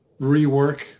rework